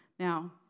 Now